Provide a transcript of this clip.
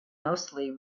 mostly